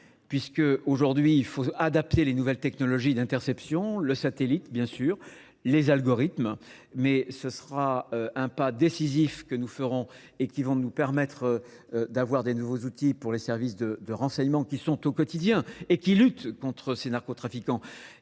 puisqu'aujourd'hui il faut adapter les nouvelles technologies d'interception, le satellite bien sûr, les algorithmes, mais ce sera un pas décisif que nous ferons et qui vont nous permettre d'avoir des nouveaux outils pour les services de renseignement qui sont au quotidien et qui luttent contre ces narcotraffiquants.